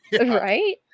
Right